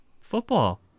football